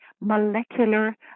molecular